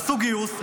עשו גיוס,